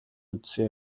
үзсэн